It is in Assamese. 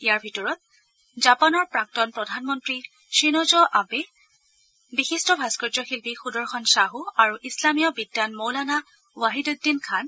ইয়াৰ ভিতৰত জাপানৰ প্ৰাক্তন প্ৰধানমন্ত্ৰী খিনজো আবে বিশিষ্ট ভাস্থৰ্য্য শিল্পী সুদৰ্শন ছাহু আৰু ইছলামীয় বিদ্যান মৌলানা ৱাহিদুদ্দিন খান